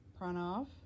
Pranav